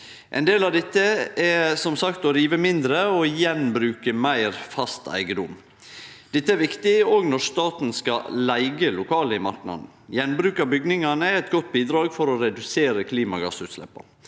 Ein del av dette er, som sagt, å rive mindre og gjenbruke meir fast eigedom. Dette er viktig òg når staten skal leige lokale i marknaden. Gjenbruk av bygningane er eit godt bidrag for å redusere klimagassutsleppa